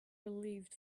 relieved